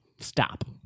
Stop